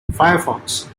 firefox